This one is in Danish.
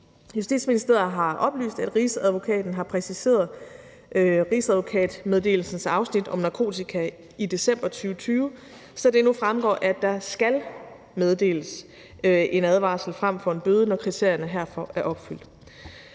Justitsministeriet har oplyst, at Rigsadvokaten har præciseret rigsadvokatmeddelelsens afsnit om narkotika i december 2020, så det nu fremgår, at der skal meddeles en advarsel frem for en bøde, når kriterierne herfor er opfyldt.